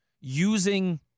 using